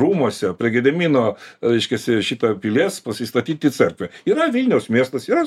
rūmuose prie gedimino reiškiasi šita pilies pasistatyti cerkvę yra vilniaus miestas yra